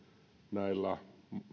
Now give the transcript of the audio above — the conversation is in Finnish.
näillä